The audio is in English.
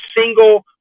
single